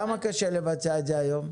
למה קשה לבצע את זה היום?